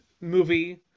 movie